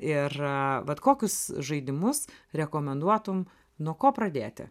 ir vat kokius žaidimus rekomenduotum nuo ko pradėti